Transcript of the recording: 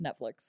Netflix